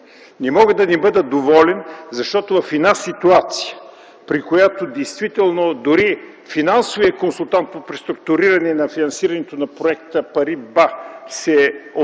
Не мога да не бъде доволен, защото в една ситуация, при която действително дори финансовият консултант по преструктуриране на финансирането на проекта – „Париба”, се оттегли,